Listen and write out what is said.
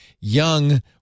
young